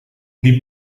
die